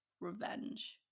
revenge